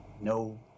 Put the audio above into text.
No